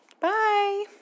Bye